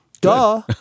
Duh